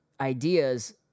ideas